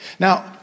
Now